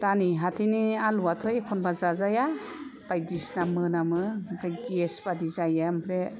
दा नै हाथायनि आलुवाथ' एखनबा जाजाया बायदिसिना मोनामो गेस बादि जायो आमफ्राय